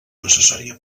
necessària